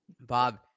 Bob